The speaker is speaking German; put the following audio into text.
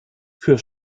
für